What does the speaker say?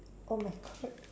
oh my god